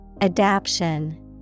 Adaption